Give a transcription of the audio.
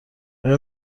آیا